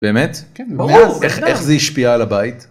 באמת איך זה השפיע על הבית.